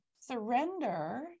surrender